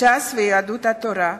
ש"ס ויהדות התורה.